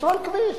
תסלול כביש.